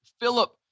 Philip